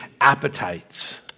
appetites